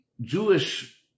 Jewish